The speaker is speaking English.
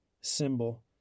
symbol